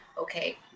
okay